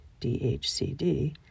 DHCD